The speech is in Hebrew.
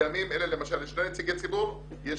בימים אלה למשל יש שני נציגי ציבור ויש